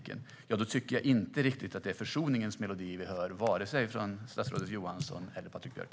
Men jag tycker inte riktigt att det är försoningens melodi vi hör från vare sig statsrådet Johansson eller Patrik Björck.